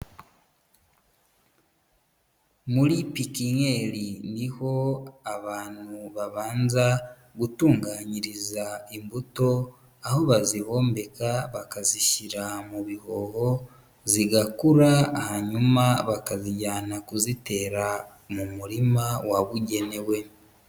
Muri pikinyeri ni ho abantu babanza gutunganyiriza imbuto, aho bazihombeka bakazishyira mu bihoho zigakura, hanyuma bakazijyana kuzitera mu murima wabugenewe.